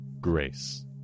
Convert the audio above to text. Grace